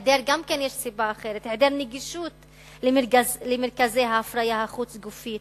יש גם סיבה אחרת: היעדר נגישות של מרכזי ההפריה החוץ-גופית